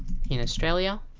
you know australia